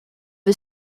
the